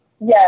Yes